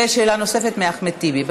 ושאלה נוספת לחבר הכנסת אחמד טיבי.